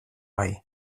bai